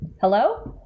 Hello